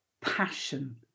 passion